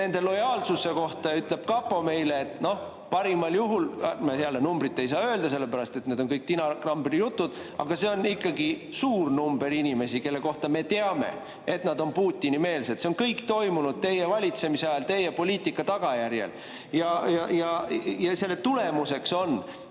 nende lojaalsuse kohta ütleb kapo meile, et noh – jälle, numbrit ei saa öelda, sellepärast et need on kõik tinakambrijutud –, aga see on ikkagi suur number inimesi, kelle kohta me teame, et nad on Putini-meelsed. See on kõik toimunud teie valitsemise ajal, teie poliitika tagajärjel. Ja selle tulemuseks on,